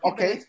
Okay